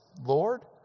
Lord